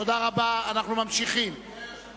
כל מי שמבקש להצטרף, אנחנו מכבדים את בקשתו,